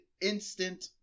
instant